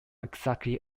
exactly